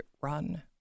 run